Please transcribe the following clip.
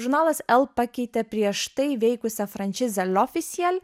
žurnalas el pakeitė prieš tai veikusią franšizę liofisiel